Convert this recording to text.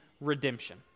redemption